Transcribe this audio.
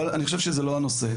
אבל אני חושב שזה לא הנושא.